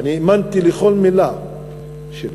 ואני האמנתי לכל מילה שלו.